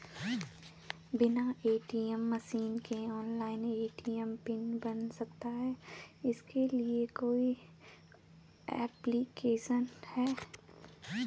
बिना ATM machine के online ATM PIN बन सकता है इसके लिए कोई ऐप्लिकेशन है?